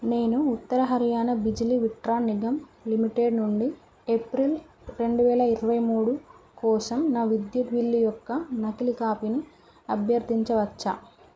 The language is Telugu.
నేను ఉత్తర హర్యానా బిజ్లీ విత్రన్ నిగమ్ లిమిటెడ్ నుండి ఏప్రిల్ రెండు వేల ఇరవై మూడు కోసం నా విద్యుత్ బిల్లు యొక్క నకిలీ కాపీని అభ్యర్థించవచ్చా